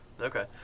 Okay